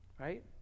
right